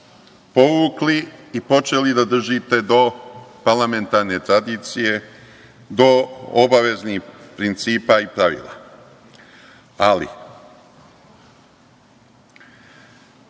povukli i počeli da držite do parlamentarne tradicije, do obaveznih principa i pravila. Ima